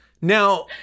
Now